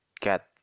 get